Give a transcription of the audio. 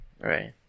Right